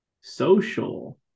social